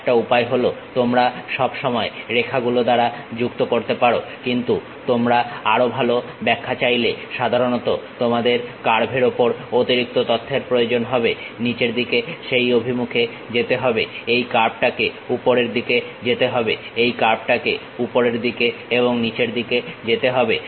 একটা উপায় হলো তোমরা সবসময় রেখাগুলো দ্বারা যুক্ত করতে পারো কিন্তু তোমরা আরো ভালো ব্যাখ্যা চাইলে সাধারণত তোমাদের কার্ভের উপর অতিরিক্ত তথ্যের প্রয়োজন হবে নিচের দিকে সেই অভিমুখে যেতে হবে এই কার্ভটাকে উপরের দিকে যেতে হবে এই কার্ভটাকে উপরের দিকে এবং নিচের দিকে যেতে হবে